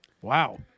Wow